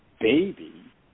baby